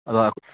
ꯑꯗ